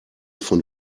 von